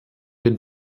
den